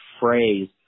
phrase